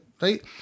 right